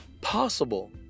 possible